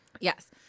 Yes